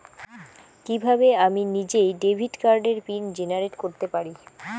কিভাবে আমি নিজেই ডেবিট কার্ডের পিন জেনারেট করতে পারি?